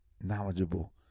knowledgeable